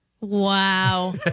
Wow